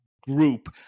group